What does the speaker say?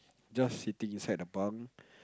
just sitting inside the bunk